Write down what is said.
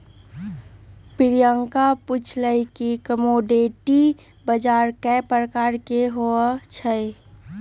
प्रियंका पूछलई कि कमोडीटी बजार कै परकार के होई छई?